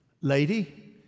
lady